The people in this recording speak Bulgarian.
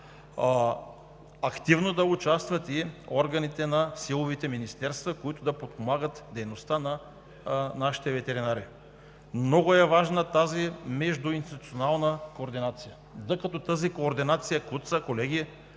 активно да участват органите на силовите министерства, които да подпомагат дейността на нашите ветеринари. Много е важна тази междуинституционална координация. Докато тази координация куца, колеги,